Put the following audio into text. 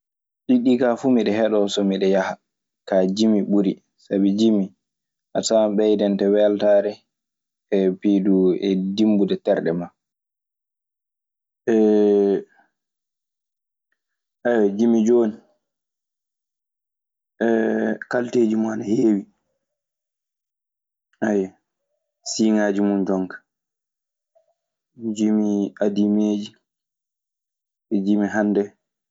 Ɗiɗi ɗii kaa fuu miɗe heɗoo so miɗe yah, kaa jimi ɓuri. Sabi jimi, a tawan ɓeydante weltaare e dinnbude terɗe maa. Jimi jooni, kalteeji min ana heewi siiŋaaji mun jonka: jimi adiimeeji e jimi hannde ɗii.